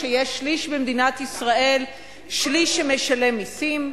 שיש שליש במדינת ישראל שמשלם מסים,